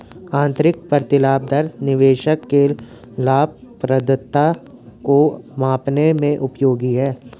आंतरिक प्रतिलाभ दर निवेशक के लाभप्रदता को मापने में उपयोगी है